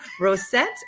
Rosette